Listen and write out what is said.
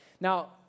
Now